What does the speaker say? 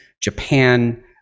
Japan